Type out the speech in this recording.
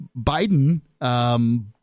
Biden